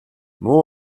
муу